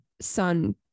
son